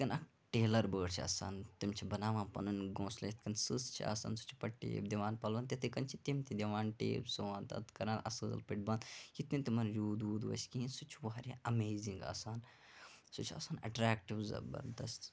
یِتھٕ کٔنۍ اکھ ٹیلَر بٲڑ چھِ آسان تِم چھِ بَناوان پَنُن گونٛسلہٕ یِتھٕ کٔنۍ سٕژ چھِ آسان سُہ چھُ پَتہٕ ٹیب دِوان پَلوَن تِتھٕےکٔنۍ چھِ تِم تہِ دِوان ٹیب سُوان تَتھ کَران اصٕل پٲٹھۍ بَنٛد یِتھٕ کٔنۍ تِمَن روٗد ووٗد وَسہِ کِہیٖنٛۍ سُہ چھُ واریاہ اَمیزِنٛگ آسان سُہ چھُ آسان اَٹریکٹِو زَبَردَس